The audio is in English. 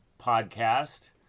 podcast